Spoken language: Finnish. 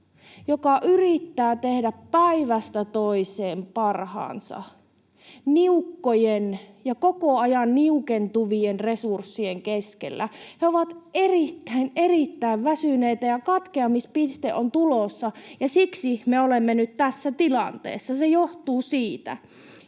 joka yrittää tehdä päivästä toiseen parhaansa niukkojen ja koko ajan niukentuvien resurssien keskellä. He ovat erittäin, erittäin väsyneitä, ja katkeamispiste on tulossa, ja siksi me olemme nyt tässä tilanteessa. Se johtuu siitä.